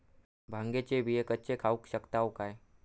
भांगे चे बियो कच्चे खाऊ शकताव काय?